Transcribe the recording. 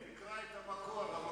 תקרא את המקור.